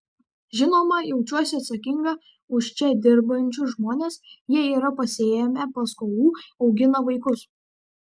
žinoma jaučiuosi atsakinga už čia dirbančius žmones jie yra pasiėmę paskolų augina vaikus